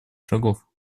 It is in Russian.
шагов